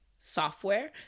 software